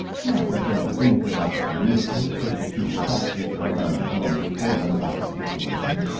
not that there was anything of the beautiful, persecuted factory girl and villainous foreman about the situation.